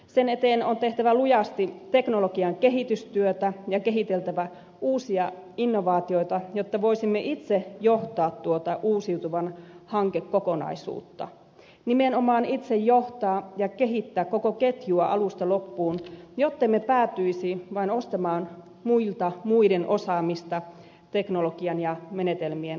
sen eteen on tehtävä lujasti teknologian kehitystyötä ja kehiteltävä uusia innovaatioita jotta voisimme itse johtaa tuota uusiutuvan hankekokonaisuutta nimenomaan itse johtaa ja kehittää koko ketjua alusta loppuun jottemme päätyisi vain ostamaan muilta muiden osaamista teknologian ja menetelmien osalta